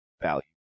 value